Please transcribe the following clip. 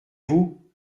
vous